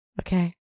Okay